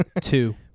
two